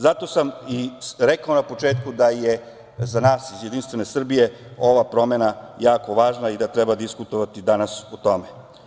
Zato sam i rekao na početku da je za nas iz JS ova promena jako važna i da treba diskutovati danas o tome.